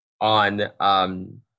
on